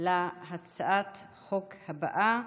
אם כן, תוצאות ההצבעה: